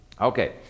Okay